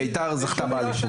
בית"ר זכתה באליפות.